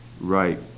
right